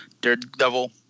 Daredevil